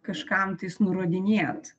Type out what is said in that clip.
kažkam tais nurodinėt